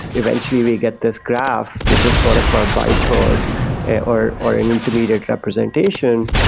eventually we get this graph, which is sort of our byte code or or an intermediate representation,